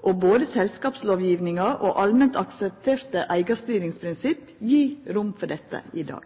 og både selskapslovgivinga og allment aksepterte eigarstyringsprinsipp gjev rom for dette i dag.